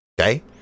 Okay